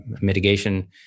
mitigation